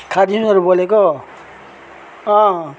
खादिमबाट बोलेको अँ